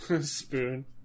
Spoon